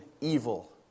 evil